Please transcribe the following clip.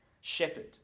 shepherd